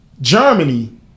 Germany